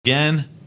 Again